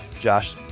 josh